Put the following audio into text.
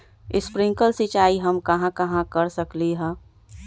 Sprinkle सिंचाई हम कहाँ कहाँ कर सकली ह?